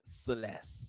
Celeste